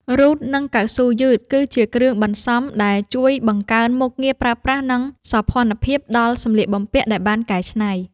រ៉ូត និងកៅស៊ូយឺត គឺជាគ្រឿងបន្សំដែលជួយបង្កើនមុខងារប្រើប្រាស់ និងសោភ័ណភាពដល់សម្លៀកបំពាក់ដែលបានកែច្នៃ។